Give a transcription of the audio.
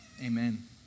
Amen